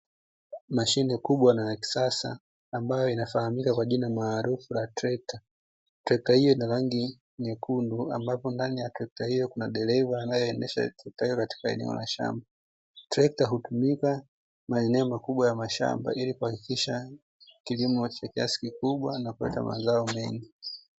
Mashine kubwa na ya kisasa ambayo inafahamika kwa jina maarufu la trekta. Trekta hio inarangi nyekundu ambayo ndani ya trekta hio kuna dereva anaendesha na kukatiza ndani ya eneo la shamba. Trekta hutumika kwenye maeneo makubwa ya shamba ili kuhakikisha kilimo chenye kiasi kikubwa na kuleta mazao mengi.